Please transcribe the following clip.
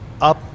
up